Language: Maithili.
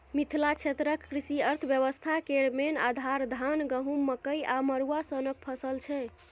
मिथिला क्षेत्रक कृषि अर्थबेबस्था केर मेन आधार, धान, गहुँम, मकइ आ मरुआ सनक फसल छै